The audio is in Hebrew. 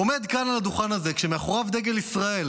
הוא עומד כאן על הדוכן הזה כשמאחוריו דגל ישראל,